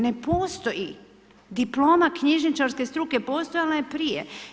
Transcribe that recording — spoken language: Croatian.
Ne postoji diploma knjižničarske struke, postojala je prije.